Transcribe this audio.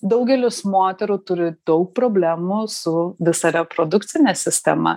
daugelis moterų turi daug problemų su visa reprodukcine sistema